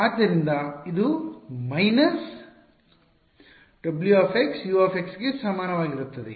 ಆದ್ದರಿಂದ ಇದು minus wu ಗೆ ಸಮಾನವಾಗಿರುತ್ತದೆ